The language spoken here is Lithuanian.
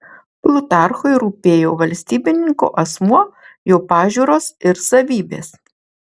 plutarchui rūpėjo valstybininko asmuo jo pažiūros ir savybės